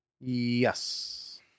Yes